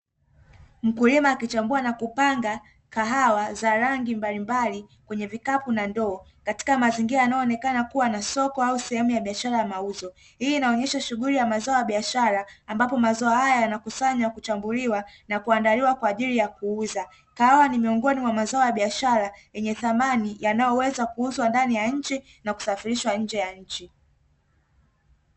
Mkulima akichambua na kupanga kahawa za rangi mbalimbali kwenye vikapu na ndoo katika mazingira yanayoonekana kuwa na soko au sehemu ya biashara ya mauzo, hii inaonesha shughuli ya mazao ya biashara ambapo mazao haya yanakusanywa kuchambuliwa na kuandaliwa kwa ajili ya kuuza, kahawa ni miongoni mwa mazao ya biashara yenye thamani yanayoweza kuuzwa ndani ya nchi na kusafirishwa nje ya nchi.